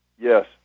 Yes